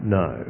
no